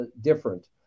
different